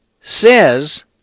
says